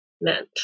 meant